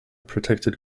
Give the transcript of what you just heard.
protected